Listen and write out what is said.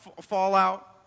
fallout